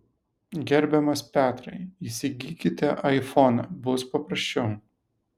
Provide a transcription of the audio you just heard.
gerbiamas petrai įsigykite aifoną bus paprasčiau